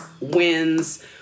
wins